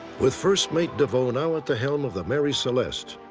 with first mate deveau now at the helm of the mary celeste,